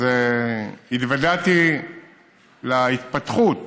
התוודעתי להתפתחות